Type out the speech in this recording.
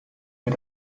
mit